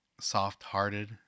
soft-hearted